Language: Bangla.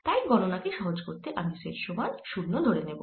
তাই গণনা কে সহজ করতে আমি z সমান 0 ধরে নেব